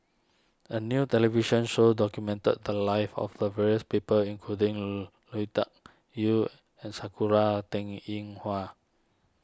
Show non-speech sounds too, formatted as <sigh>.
a new television show documented the lives of various people including <hesitation> Lui Tuck Yew and Sakura Teng Ying Hua